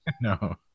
No